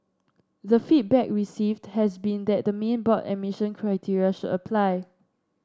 the feedback received has been that the main board admission criteria should apply